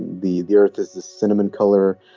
the the earth is the cinnamon color.